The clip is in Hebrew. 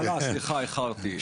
סליחה, איחרתי.